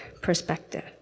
perspective